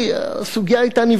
הסוגיה היתה נבחנת,